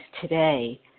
today